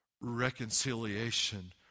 Reconciliation